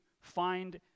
find